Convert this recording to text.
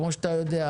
כמו שאתה יודע,